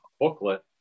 booklet